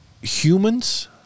humans